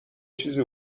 چیزی